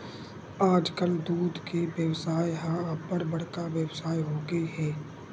आजकाल दूद के बेवसाय ह अब्बड़ बड़का बेवसाय होगे हे